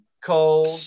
cold